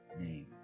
name